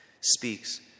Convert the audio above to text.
speaks